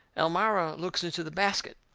elmira looks into the basket.